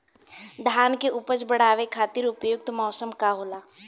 धान के उपज बढ़ावे खातिर उपयुक्त मौसम का होला?